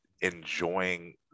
enjoying